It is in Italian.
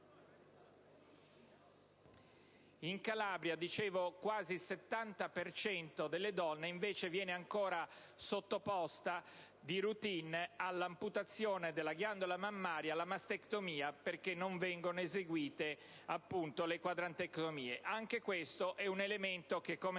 in Calabria quasi il 70 per cento delle donne invece viene ancora sottoposta di *routine* all'amputazione della ghiandola mammaria, la mastectomia, perché non vengono eseguite, appunto, le quadrantectomie. Anche questo è un elemento che, come